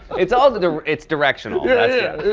it's all its directional. yeah, yeah.